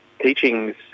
teachings